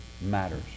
matters